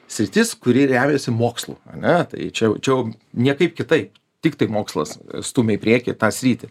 sritis kuri remiasi mokslu ane tai čia jau čia jau niekaip kitaip tiktai mokslas stūmia į priekį tą sritį